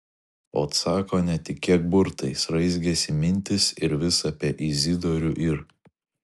ot sako netikėk burtais raizgėsi mintys ir vis apie izidorių ir